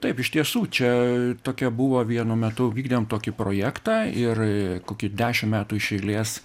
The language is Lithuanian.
taip iš tiesų čia tokia buvo vienu metu vykdėm tokį projektą ir kokį dešim metų iš eilės